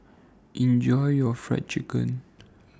Enjoy your Fried Chicken